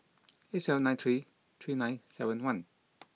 eight seven nine three three nine seven one